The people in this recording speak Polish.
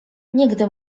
nigdy